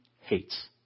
hates